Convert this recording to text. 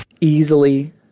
Easily